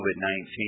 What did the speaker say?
COVID-19